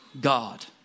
God